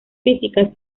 físicas